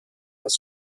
has